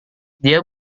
dia